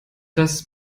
das